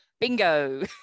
bingo